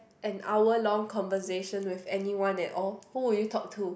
an hour long conversation with anyone at all who would you talk to